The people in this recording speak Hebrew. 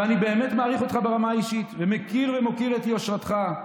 ואני באמת מעריך אותך ברמה האישית ומכיר ומוקיר את יושרתך,